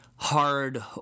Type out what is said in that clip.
Hard